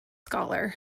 scholar